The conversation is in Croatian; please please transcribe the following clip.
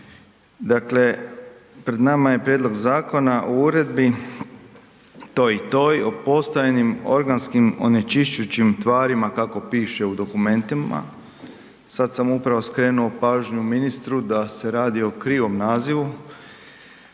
Dakle, pred nama je prijedlog zakona o uredbi toj i toj o postojanim organskim onečišćujućim tvarima kako piše u dokumentima. Sad sam upravo skrenuo pažnju ministru da se radi o krivom nazivu